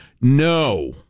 no